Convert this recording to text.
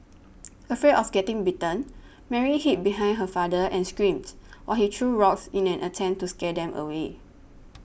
afraid of getting bitten Mary hid behind her father and screamed while he threw rocks in an attempt to scare them away